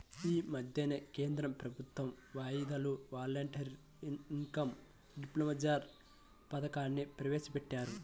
యీ మద్దెనే కేంద్ర ప్రభుత్వం వాళ్ళు యీ వాలంటరీ ఇన్కం డిస్క్లోజర్ పథకాన్ని ప్రవేశపెట్టారు